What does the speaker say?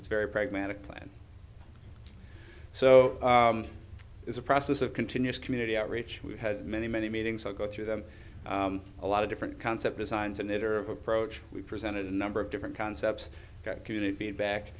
its very pragmatic plan so it's a process of continuous community outreach we've had many many meetings i go through them a lot of different concept designs and that are approach we presented a number of different concepts community feedback